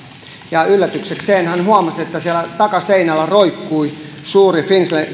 ja yllätyksekseen hän huomasi että siellä takaseinällä roikkui suuri